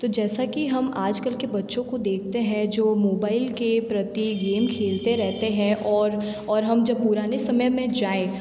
तो जैसा कि हम आज कल के बच्चों को देखते हैं जो मोबाइल के प्रति गेम खेलते रहते हैं और और हम जब पुराने समय में जाएँ